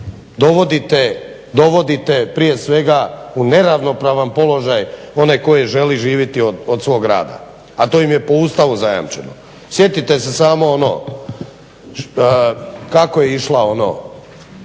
dovodite prije svega u neravnopravan položaj one koji žele živiti od svog rada, a to im je po Ustavu zajamčeno. Sjetite se samo ono, kako je išla ono,